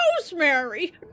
Rosemary